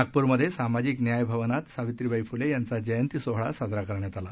नागपूरमध्ये सामाजिक न्याय भवनात सावित्रीबाई फुले यांचा जयंती सोहळा साजरा करण्यात आला